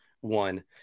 one